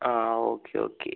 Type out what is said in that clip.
ആ okay okay